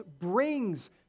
brings